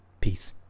Peace